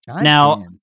Now